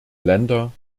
länder